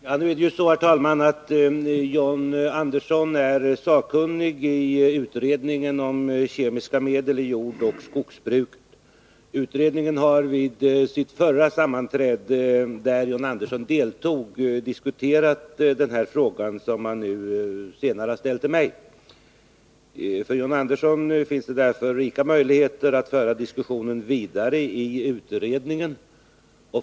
Herr talman! John Andersson är sakkunnig i utredningen om kemiska medel i jordoch skogsbruk. Utredningen har vid sitt senaste sammanträde, där John Andersson deltog, diskuterat den fråga som han nu har ställt till mig. För John Andersson finns det därför rika möjligheter att föra diskussionen vidare i utredningen.